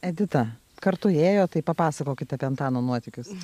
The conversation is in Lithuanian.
edita kartu ėjot tai papasakokit apie antano nuotykius